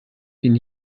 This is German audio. den